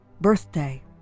birthday